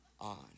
on